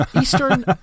Eastern